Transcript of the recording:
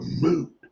mood